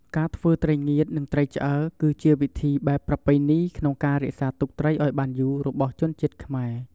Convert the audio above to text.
ការធ្វើត្រីងៀត និងត្រីឆ្អើរ គឺជាវិធីបែបប្រពៃណីក្នុងការរក្សាទុកត្រីឱ្យបានយូររបស់ជនជាតិខ្មែរ។